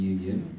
Union